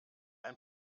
ein